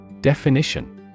Definition